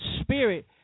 spirit